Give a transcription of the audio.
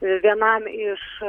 vienam iš